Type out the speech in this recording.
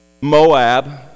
moab